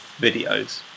videos